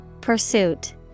Pursuit